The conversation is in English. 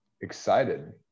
excited